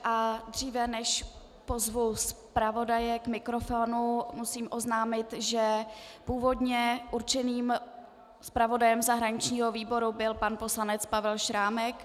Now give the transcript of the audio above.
A dříve než pozvu zpravodaje k mikrofonu, musím oznámit, že původně určeným zpravodajem zahraničního výboru byl pan poslanec Pavel Šrámek.